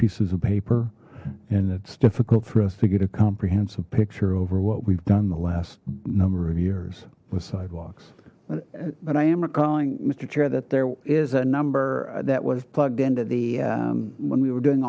pieces of paper and it's difficult for us to get a comprehensive picture over what we've done the last number of years with sidewalks but i am calling mister chair that there is a number that was plugged into the when we were doing